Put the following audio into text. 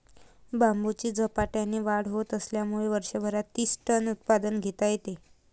बांबूची झपाट्याने वाढ होत असल्यामुळे वर्षभरात तीस टन उत्पादन घेता येते